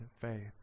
faith